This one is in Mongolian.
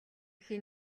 хэн